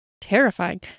terrifying